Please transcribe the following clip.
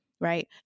right